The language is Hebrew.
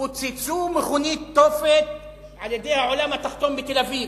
שפוצצו מכונית תופת על-ידי העולם התחתון בתל-אביב,